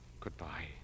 Goodbye